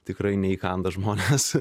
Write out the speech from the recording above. tikrai neįkanda žmonės